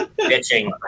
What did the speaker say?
bitching